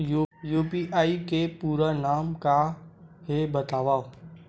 UPI के पूरा नाम का हे बतावव?